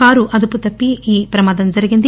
car అదుపుతప్పి ఈ ప్రమాదం జరిగింది